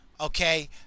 Okay